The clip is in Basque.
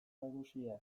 nagusia